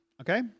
Okay